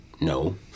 no